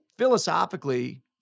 philosophically